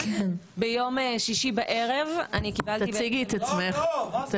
ביום שישי בערב אני קיבלתי --- לא, לא, מה זה?